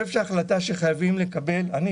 כן, אדוני, במשפט.